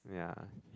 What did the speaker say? yeah